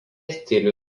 stilių